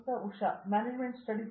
Usha Mohan management studies ನೋಡಿ